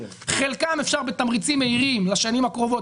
חלקם אפשר בתמריצים מהירים לשנים הקרובות